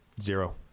zero